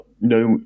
no